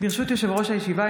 יושב-ראש הישיבה,